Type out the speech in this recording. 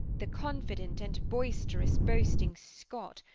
the confident and boisterous boasting scot,